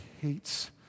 hates